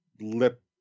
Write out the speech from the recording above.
lip